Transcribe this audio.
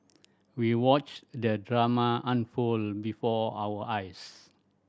we watched the drama unfold before our eyes